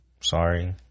sorry